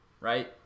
right